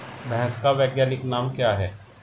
भैंस का वैज्ञानिक नाम क्या है?